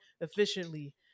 efficiently